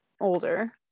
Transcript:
older